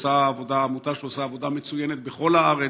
עמותה שעושה עבודה מצוינת בכל הארץ,